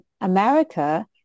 America